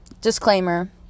Disclaimer